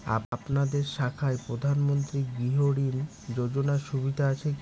আপনাদের শাখায় প্রধানমন্ত্রী গৃহ ঋণ যোজনার সুবিধা আছে কি?